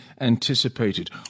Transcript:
anticipated